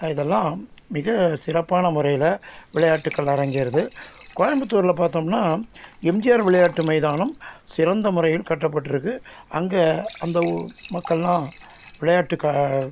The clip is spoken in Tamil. இதெல்லாம் மிக சிறப்பான முறையில் விளையாட்டுக்கள் அரங்கேறுது கோயம்புத்தூரில் பார்த்தோம்னா எம்ஜிஆர் விளையாட்டு மைதானம் சிறந்த முறையில் கட்டப்பட்டுருக்கு அங்கே அந்த ஊ மக்கள்லாம் விளையாட்டுக்கா